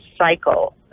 cycle